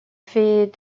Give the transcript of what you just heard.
fait